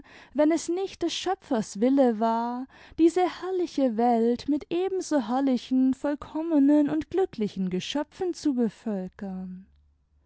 wenn es nicht des schöpfers wille war diese herrliche welt mit ebenso herrlichen vollkommenen und glücklichen geschöpfen zu bevölkern